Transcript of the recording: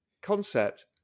concept